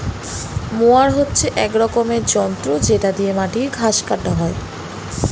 mower হচ্ছে এক রকমের যন্ত্র যেটা দিয়ে মাটির ঘাস কাটা হয়